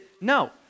No